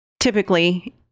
Typically